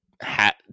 hat